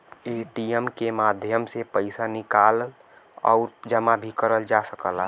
ATM के माध्यम से पइसा निकाल आउर जमा भी करल जा सकला